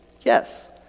yes